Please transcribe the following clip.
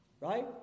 Right